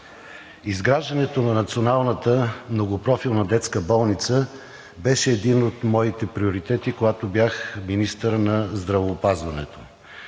Изграждането на Националната многопрофилна детска болница беше един от моите приоритети, когато бях министър на здравеопазването